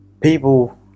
people